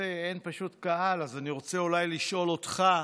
פשוט אין קהל, אז אני רוצה אולי דווקא לשאול אותך.